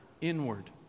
inward